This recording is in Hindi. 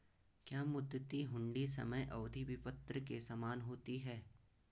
क्या मुद्दती हुंडी समय अवधि विपत्र के समान होती है?